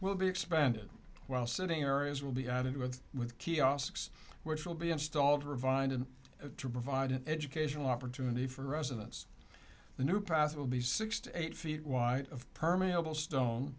will be expanded while sitting areas will be added with with kiosks which will be installed provided to provide an educational opportunity for residents the new pass will be six to eight feet wide of permeable stone